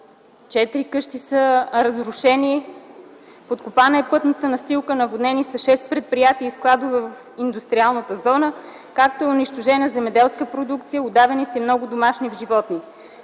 четири къщи са разрушени, подкопана е пътната настилка, наводнени са шест предприятия и складове в индустриалната зона, както е унищожена земеделска продукция, удавени са и много домашни животни.